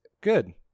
good